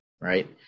Right